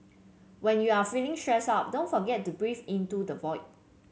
when you are feeling stressed out don't forget to breathe into the void